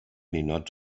ninots